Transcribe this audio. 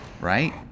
right